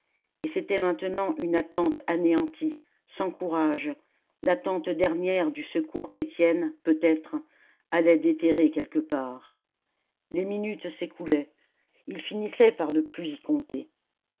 et c'était maintenant une attente anéantie sans courage l'attente dernière du secours qu'étienne peut-être allait déterrer quelque part les minutes s'écoulaient ils finissaient par ne plus y compter